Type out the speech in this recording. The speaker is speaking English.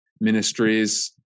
ministries